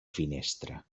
finestra